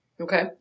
Okay